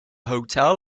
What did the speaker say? hotel